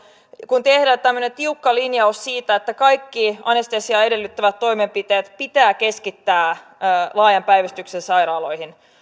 kun tehdään tämmöinen tiukka linjaus siitä että kaikki anestesiaa edellyttävät toimenpiteet pitää keskittää laajan päivystyksen sairaaloihin